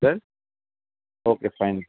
done okay fine